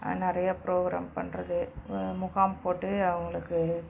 நிறைய ப்ரோகிராம் பண்ணுறது முகாம் போட்டு அவங்களுக்கு